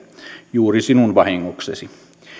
juuri sinun vahingoksesi